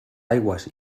aigües